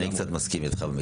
במקרה הזה אני קצת מסכים איתך.